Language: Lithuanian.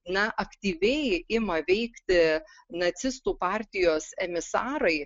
na aktyviai ima veikti nacistų partijos emisarai